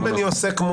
אם אני עושה כמו,